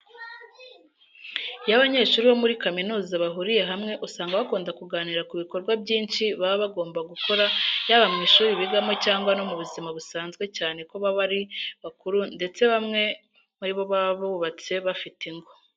Iyo abanyeshuri bo muri kaminuza bahuriye hamwe usanga bakunda kuganira ku bikorwa byinshi baba bagomba gukora yaba mu ishuri bigamo cyangwa no mu buzima busanzwe cyane ko baba ari bakuru ndetse bamwe muri bo baba bubatse bafite ingo.